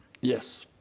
Yes